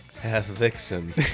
half-vixen